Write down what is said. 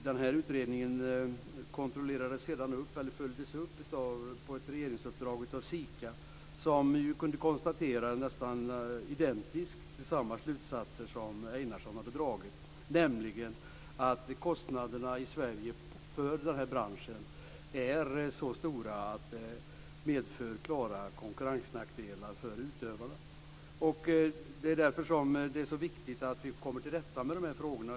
Den här utredningen följdes sedan på uppdrag av regeringen upp av SIKA, som ju kom fram till nästan identiskt samma slutsatser som Einarsson hade dragit, nämligen att kostnaderna för den här branschen är så stora i Sverige att de medför klara konkurrensnackdelar för utövarna. Det är därför det är så viktigt att vi kommer till rätta med de här frågorna.